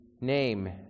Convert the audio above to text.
name